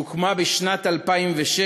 שהוקמה בשנת 2006,